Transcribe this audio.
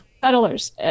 settlers